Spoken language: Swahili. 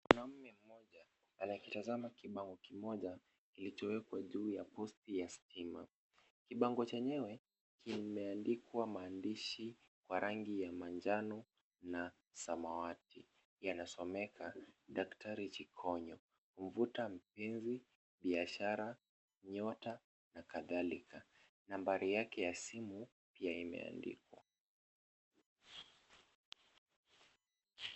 Mwanaume mmoja anakitazama kibango kimoja kilichowekwa juu ya posti ya stima. Kibango chenyewe kimeandikwa maandishi kwa rangi ya manjano na samawati. Yanasomeka Daktari Chikonko mvuta mapenzi, biashara, nyota na kadhalika. Nambari yake ya simu pia imeandikwa.